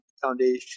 Foundation